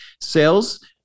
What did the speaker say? Sales